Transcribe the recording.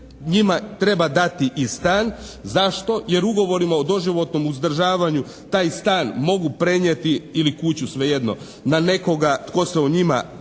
njima treba dati i stan. Zašto? Jer ugovorima o doživotnom uzdržavanju taj stan mogu prenijeti ili kuću svejedno, na nekoga tko se o njima brine.